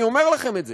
אני אומר לכם את זה.